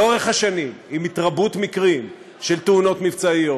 לאורך השנים, עם התרבות מקרים של תאונות מבצעיות,